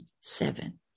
seven